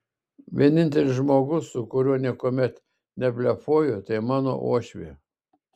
vienintelis žmogus su kuriuo niekuomet neblefuoju tai mano uošvė